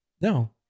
No